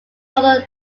other